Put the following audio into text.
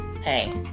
hey